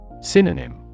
Synonym